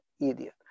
Idiot